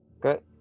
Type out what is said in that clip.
Good